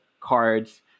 cards